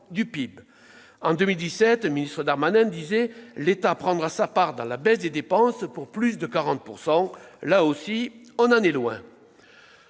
En 2017, le ministre Darmanin annonçait que l'État prendrait sa part dans la baisse des dépenses, pour plus de 40 %. Là aussi, on en est loin !